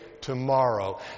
tomorrow